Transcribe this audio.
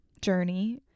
journey